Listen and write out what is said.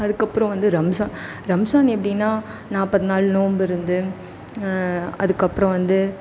அதுக்கப்புறம் வந்து ரம்சான் ரம்சான் எப்படினா நாற்பது நாள் நோம்பிருந்து அதுக்கப்புறம் வந்து